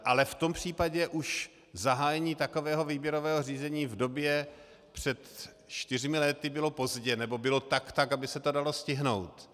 Ale v tom případě už zahájení takového výběrového řízení v době před čtyřmi lety bylo pozdě, nebo bylo tak tak, aby se to dalo stihnout.